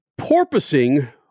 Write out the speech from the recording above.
Porpoising